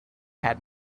had